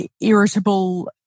irritable